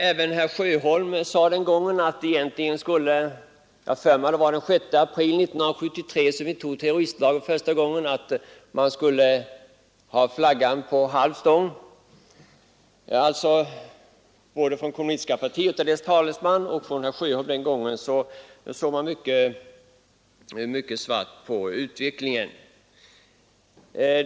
Även herr Sjöholm sade den gången att den 6 april 1973 — jag har för mig att det var den dagen vi antog terroristlagen — skulle man rätteligen hissa flaggan på halv stång. Både kommunistiska partiets talesman och herr Sjöholm såg alltså den gången mycket mörkt på utvecklingen.